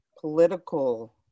political